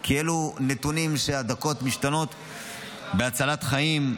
כי אלה נתונים שבהם הדקות משתנות בהצלת חיים,